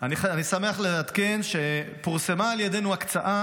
אני שמח לעדכן שפורסמה על ידינו הקצאה,